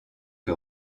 que